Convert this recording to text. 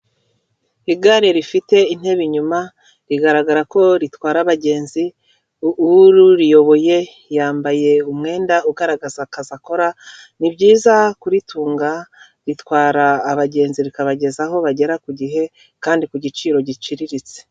Igare rifite intebe inyuma, rigaragara ko ritwara abagenzi, uriyoboye yambaye umwenda ugaragaza akazi akora, ni byiza kuritunga, ritwara abagenzi rikabageza aho bagera ku gihe kandi ku giciro giciriritse.